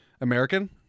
American